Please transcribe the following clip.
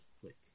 click